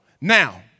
Now